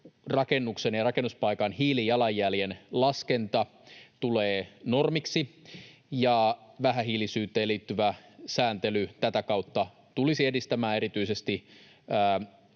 rakennuksen ja rakennuspaikan hiilijalanjäljen laskenta tulee normiksi, ja vähähiilisyyteen liittyvä sääntely tätä kautta tulisi edistämään erityisesti